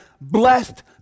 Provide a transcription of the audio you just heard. blessed